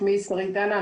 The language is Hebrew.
שמי שרית דנה,